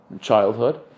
childhood